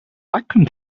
vacuum